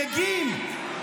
די כבר, די.